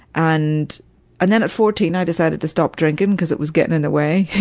and and then at fourteen i decided to stop drinking because it was getting in the way,